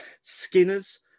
Skinners